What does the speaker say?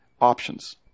Options